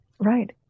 Right